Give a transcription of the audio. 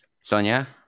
Sonia